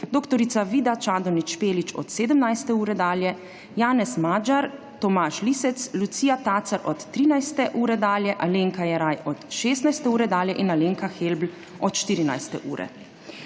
dr. Vida Čadonič Špelič od 17. ure dalje, Janez Magyar, Tomaž Lisec, Lucija Tacer od 13. ure dalje, Alenka Jeraj od 16. ure dalje in Alenka Helbl od 14. ure.